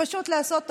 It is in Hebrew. ופשוט לעשות הוראה: